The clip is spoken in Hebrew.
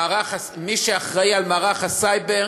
מי שאחראי למערך הסייבר,